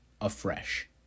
afresh